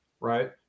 right